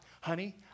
Honey